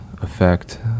effect